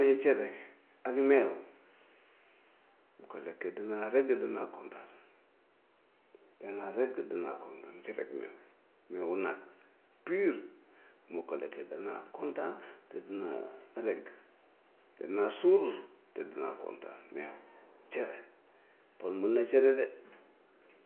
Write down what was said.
Meew cere ak meew bu ko lekkee danaa regg danaa kontaan, danaa regg, danaa kontaan cere ak meew, meewu nag pur bu ma ko lekkee danaa kontaan te dinaa regg, danaa suur te dinaa kontaan, meew, cere, pël mun na cere de.